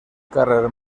carrer